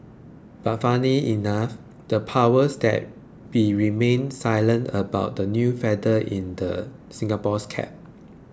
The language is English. but funnily enough the powers that be remained silent about the new feather in Singapore's cap